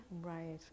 Right